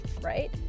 right